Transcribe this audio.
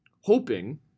hoping